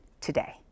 today